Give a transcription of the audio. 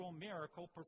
miracle